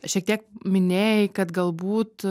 šiek tiek minėjai kad galbūt